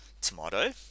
tomato